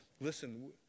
listen